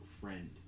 friend